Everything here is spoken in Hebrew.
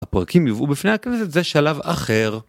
הפרקים יובאו בפני הכנסת את זה שלב אחר.